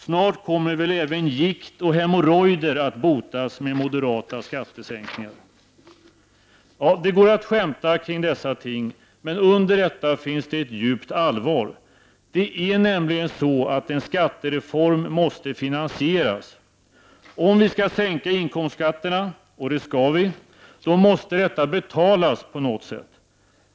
Snart kommer väl även gikt och hemorrojder att botas med moderata skattesänkningar. Det går att skämta kring dessa ting men under detta finns det ett djupt allvar. Det är nämligen så att en skattereform måste finansieras. Om vi skall sänka inkomstskatterna, och det skall vi, då måste detta betalas på något sätt.